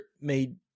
made